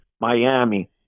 Miami